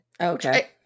okay